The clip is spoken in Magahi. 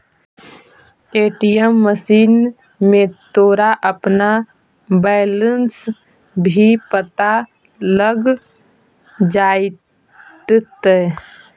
ए.टी.एम मशीन में तोरा अपना बैलन्स भी पता लग जाटतइ